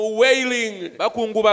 wailing